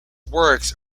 works